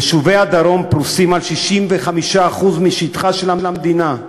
יישובי הדרום פרוסים על 65% משטחה של המדינה.